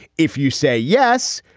if you say yes,